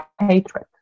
hatred